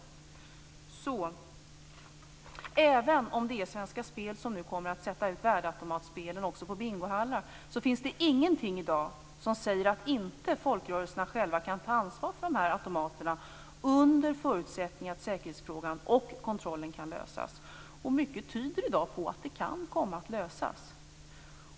Även om det är Svenska Spel som nu kommer att placera ut värdeautomatspelen också i bingohallar, finns det ingenting i dag som säger att folkrörelserna själva inte kan ta ansvar för dessa automater, under förutsättning att säkerhetsfrågan och kontrollen kan lösas. Mycket tyder i dag på att de kan komma att lösas.